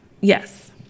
yes